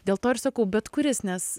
dėl to ir sakau bet kuris nes